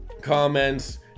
comments